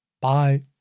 Bye